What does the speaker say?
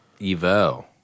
EVO